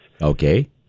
Okay